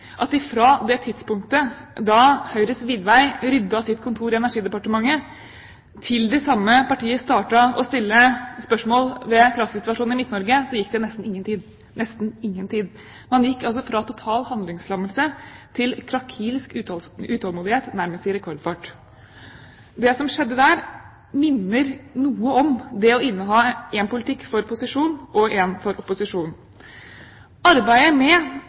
at fra det tidspunktet Høyres Widvey ryddet sitt kontor i Energidepartementet, til det samme partiet startet å stille spørsmål ved kraftsituasjonen i Midt-Norge, så gikk det nesten ingen tid. Man gikk altså fra total handlingslammelse til krakilsk utålmodighet nærmest i rekordfart. Det som skjedde der, minner noe om det å inneha én politikk for posisjon og én for opposisjon. Arbeidet med